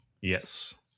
yes